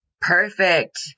Perfect